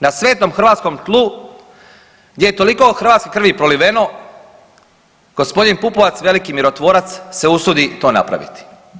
Na svetom hrvatskom tlu, gdje je toliko hrvatske krvi proliveno, gospodin Pupovac, veliki mirotvorac, se usudi to napraviti.